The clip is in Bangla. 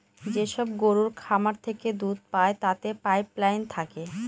যেসব গরুর খামার থেকে দুধ পায় তাতে পাইপ লাইন থাকে